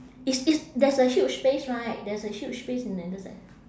it's it's there's a huge space right there's a huge space in the intersec~